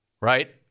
right